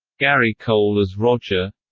gary cole as roger